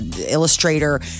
illustrator